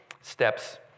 steps